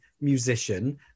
musician